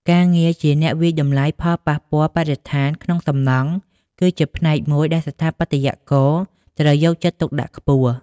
ការងារជាអ្នកវាយតម្លៃផលប៉ះពាល់បរិស្ថានក្នុងសំណង់ គឺជាផ្នែកមួយដែលស្ថាបត្យករត្រូវយកចិត្តទុកដាក់ខ្ពស់។